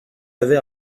avait